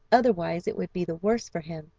otherwise it would be the worse for him.